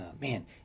man